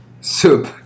Soup